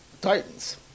Titans